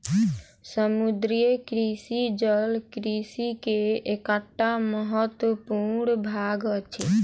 समुद्रीय कृषि जल कृषि के एकटा महत्वपूर्ण भाग अछि